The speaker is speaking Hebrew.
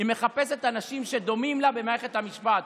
היא מחפשת אנשים שדומים לה במערכת המשפט.